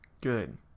Good